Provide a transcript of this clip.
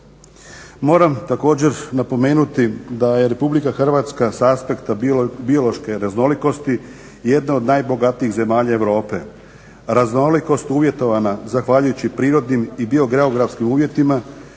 Moram također napomenuti da je Republika Hrvatska s aspekta biološke raznolikosti jedna od najbogatijih zemalja Europe. Raznolikost uvjetovana zahvaljujući prirodnim i biogeografskim uvjetima